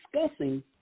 discussing